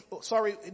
sorry